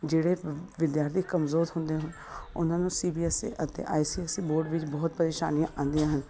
ਜਿਹੜੇ ਵਿਦਿਆਰਥੀ ਕਮਜ਼ੋਰ ਹੁੰਦੇ ਹਨ ਉਹਨਾਂ ਨੂੰ ਸੀ ਬੀ ਐੱਸ ਈ ਅਤੇ I C S E board ਵਿੱਚ ਬਹੁਤ ਪਰੇਸ਼ਾਨੀਆਂ ਆਉਂਦੀਆਂ ਹਨ